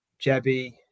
Jebby